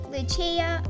Lucia